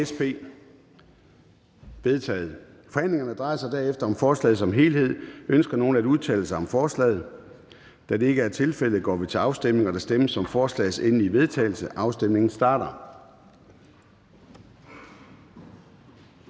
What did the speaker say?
Forhandlingen drejer sig derefter om forslaget som helhed. Ønsker nogen at udtale sig om forslaget? Da det ikke er tilfældet, går vi til afstemning. Kl. 14:02 Afstemning Formanden (Søren Gade):